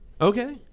Okay